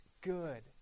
good